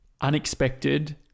unexpected